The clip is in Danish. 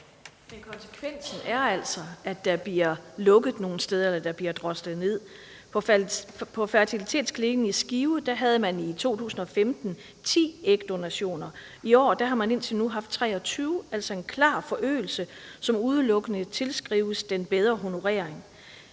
Men konsekvensen er altså, at der bliver lukket og droslet ned nogle steder. På fertilitetsklinikken i Skive havde man i 2015 10 ægdonationer, og i år har man indtil nu haft 23, altså en klar forøgelse, som udelukkende tilskrives den bedre honorering.